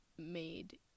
made